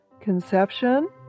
conception